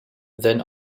then